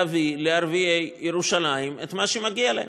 להביא לערביי ירושלים את מה שמגיע להם.